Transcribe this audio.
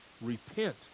Repent